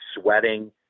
sweating